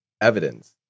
evidence